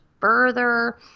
further